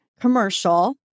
commercial